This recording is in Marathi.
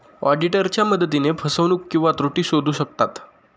ऑडिटरच्या मदतीने फसवणूक किंवा त्रुटी शोधू शकतात